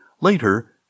Later